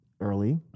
early